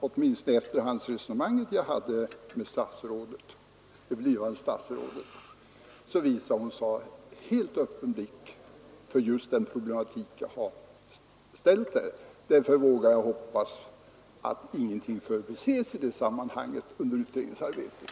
Åtminstone efter det resonemang jag hade med det blivande statsrådet visade hon sig ha helt öppen blick för just den problematik jag har tagit upp här. Därför vågar jag hoppas att ingenting förbises i det sammanhanget under utredningsarbetet.